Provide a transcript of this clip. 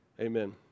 amen